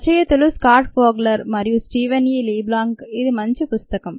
రచయితలు Scott Fogler మరియు Steven E LeBlanc ఇది మంచి పుస్తకం